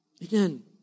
Again